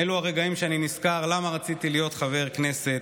אלו הרגעים שאני נזכר למה רציתי להיות חבר כנסת.